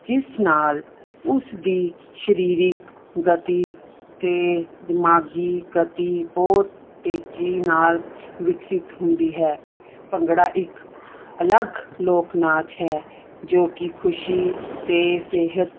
ਜਿਸ ਨਾਲ ਉਸ ਦੀ ਸਰੀਰਿਕ ਗਤੀ ਅਤੇ ਦਿਮਾਗੀ ਗਤੀ ਬਹੁਤ ਤੇਜ਼ੀ ਨਾਲ ਵਿਕਸਿਤ ਹੁੰਦੀ ਹੈ ਭੰਗੜਾ ਇੱਕ ਅਲੱਗ ਲੋਕ ਨਾਚ ਹੈ ਜੋ ਕਿ ਖੁਸ਼ੀ ਅਤੇ ਸਿਹਤ